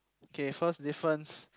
K first difference